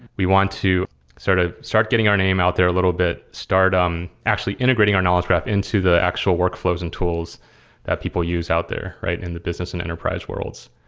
we want to sort of start getting our name out there a little bit. start um actually integrating our knowledge graph into the actual workflows and tools that people use out there in the business and enterprise worlds.